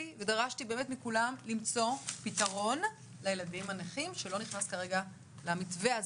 ודרשתי מכולם למצוא פתרון לילדים הנכים שלא נכנסו כרגע למתווה הזה.